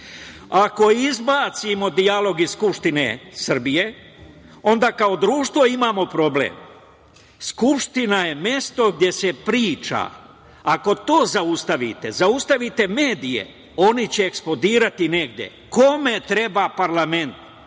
„Ako, izbacimo dijalog iz Skupštine Srbije onda kao društvo imamo problem. Skupština je mesto gde se priča, ako to zaustavite, zaustavite medije, oni će eksplodirati negde. Kome treba parlament?